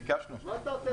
ביקשנו.